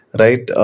right